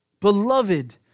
beloved